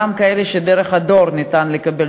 גם כאלה שדרך הדואר ניתן לקבל,